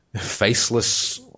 faceless